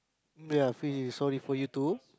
ya free so it's for you too